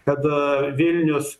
kad vilnius